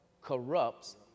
corrupts